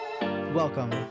welcome